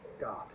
God